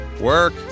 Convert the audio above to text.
work